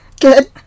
Good